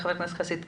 עבירה ראשונה.